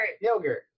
yogurt